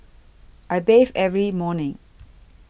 I bathe every morning